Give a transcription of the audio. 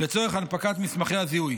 לצורך הנפקת מסמכי זיהוי.